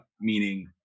Meaning